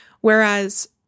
whereas